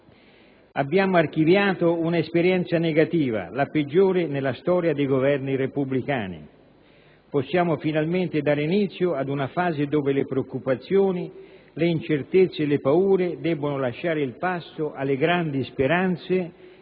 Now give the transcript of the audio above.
Abbiamo archiviato un'esperienza negativa, la peggiore nella storia dei Governi repubblicani. Possiamo finalmente dare inizio ad una fase dove le preoccupazioni, le incertezze e le paure debbono lasciare il passo alle grandi speranze